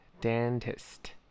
Dentist